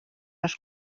els